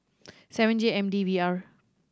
seven J M D V R